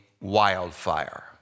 wildfire